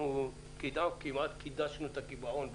אנחנו כמעט קידשנו את הקיפאון בזה.